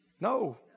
No